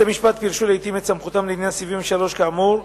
בתי-המשפט פירשו לעתים את סמכותם לעניין סעיף 73 האמור,